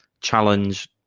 challenge